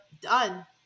done